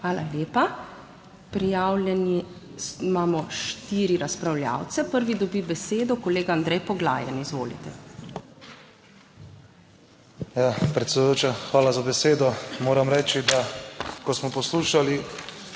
hvala lepa. Prijavljene imamo štiri razpravljavce. Prvi dobi besedo kolega Andrej Poglajen. Izvolite. ANDREJ POGLAJEN (PS SDS): Ja, predsedujoča, hvala za besedo. Moram reči, da ko smo poslušali